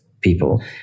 people